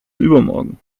übermorgen